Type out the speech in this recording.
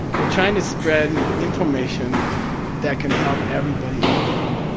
we're trying to spread information that can help everybody in the world,